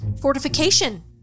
fortification